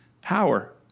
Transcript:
power